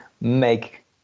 make